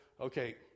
Okay